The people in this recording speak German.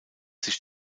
sich